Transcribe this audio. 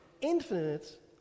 infinite